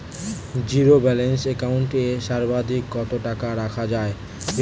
Zero balance account এ সর্বাধিক কত টাকা রাখা য়ায়?